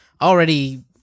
already